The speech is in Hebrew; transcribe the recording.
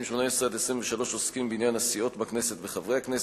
18 23 עוסקים בעניין הסיעות בכנסת וחברי הכנסת,